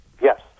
Yes